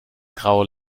graue